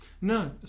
no